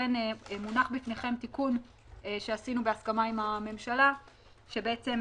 לכן מונח בפניכם תיקון שעשינו בהסכמה עם הממשלה שאומר